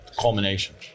Culmination